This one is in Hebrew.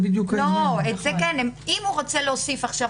אם הוא רוצה להוסיף עכשיו,